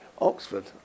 Oxford